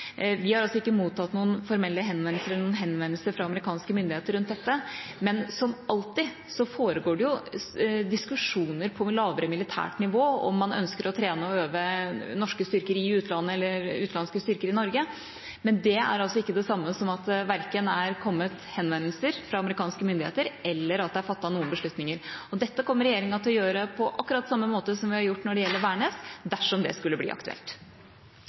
Vi har ikke mottatt noen formelle henvendelser fra amerikanske myndigheter om dette, men som alltid foregår det diskusjoner på lavere militært nivå om man ønsker å trene og øve norske styrker i utlandet eller utenlandske styrker i Norge. Det er ikke det samme som at det er kommet henvendelser fra amerikanske myndigheter, eller at det er fattet noen beslutninger. Dette kommer regjeringa til å gjøre på akkurat samme måte som vi har gjort når det gjelder Værnes, dersom det skulle bli aktuelt.